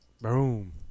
Boom